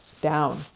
down